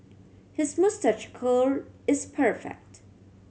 his moustache curl is perfect